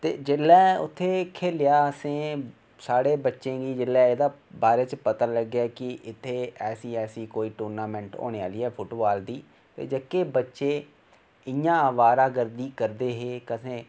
ते जेल्लै उत्थै खेलेआ असें साढ़े बच्चें गी जेल्लै एहदे बारे च पता लग्गेैआ कि इत्थै ऐसी ऐसी कोई टूर्नामेंट होने आहली ऐ फूटबाल दी ते जेहके बच्चे इया अबारा गर्दी करदे हें इक असें